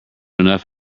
enough